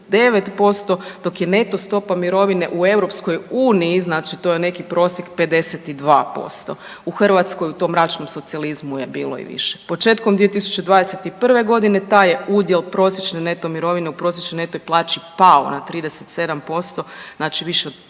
39% dok je neto stopa mirovine u EU, znači to je neki prosjek 52% u Hrvatskoj u tom mračnom socijalizmu bilo i više. Početkom 2021.g. taj je udjel prosječne neto mirovine u prosječnoj neto plaći pao na 37%, znači više od